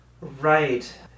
right